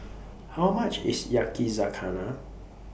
How much IS Yakizakana